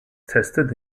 tested